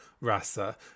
Rasa